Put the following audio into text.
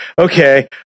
okay